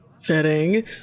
Fitting